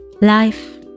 Life